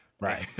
Right